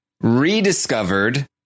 rediscovered